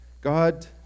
God